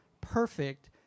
perfect